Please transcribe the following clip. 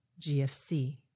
GFC